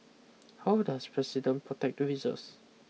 how does the president protect the reserves